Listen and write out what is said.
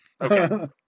Okay